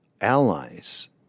allies